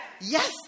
yes